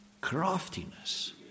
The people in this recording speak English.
craftiness